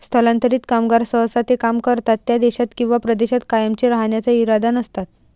स्थलांतरित कामगार सहसा ते काम करतात त्या देशात किंवा प्रदेशात कायमचे राहण्याचा इरादा नसतात